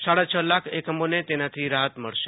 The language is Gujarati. સાડા છ લાખ એકમોને તેનાથી રાહત મળશે